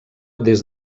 des